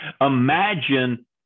Imagine